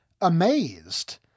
amazed